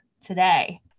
today